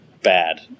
bad